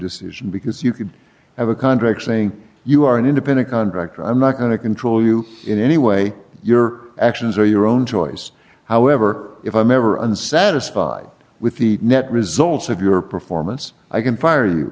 decision because you could have a contract saying you are an independent contractor i'm not going to control you in any way your actions are your own choice however if i'm ever unsatisfied with the net results of your performance i can fire you